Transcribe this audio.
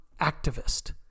activist